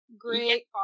great